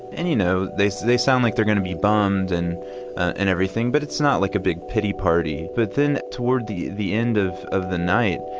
and you know, they so they sound like they're going to be bummed and and everything, but it's not like a big pity party. but then, toward the the end of of the night,